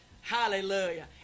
Hallelujah